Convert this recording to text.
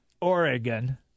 Oregon